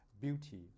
beauty